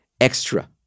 extra